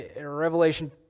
Revelation